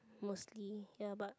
mostly ya but